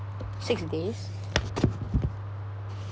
six days